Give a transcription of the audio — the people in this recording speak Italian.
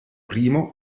primo